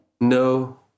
No